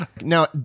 Now